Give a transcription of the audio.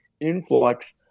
influx